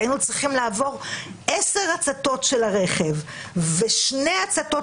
היינו צריכים לעבור 10 הצתות של הרכב ושתי הצתות